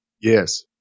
Yes